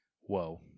Whoa